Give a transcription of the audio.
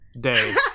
day